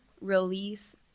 release